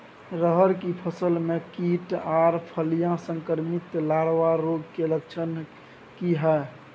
रहर की फसल मे कीट आर फलियां संक्रमित लार्वा रोग के लक्षण की हय?